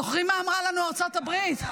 זוכרים מה אמרה לנו ארצות הברית?